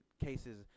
cases